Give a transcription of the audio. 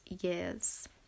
years